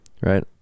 right